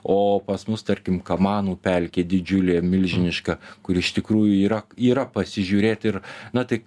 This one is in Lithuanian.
o pas mus tarkim kamanų pelkė didžiulė milžiniška kur iš tikrųjų yra yra pasižiūrėt ir na tai